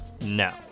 No